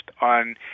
on